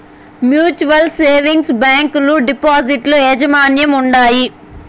mutual savings బ్యాంకీలు depositor యాజమాన్యంల ఉండాయి